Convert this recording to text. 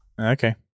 Okay